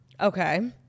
Okay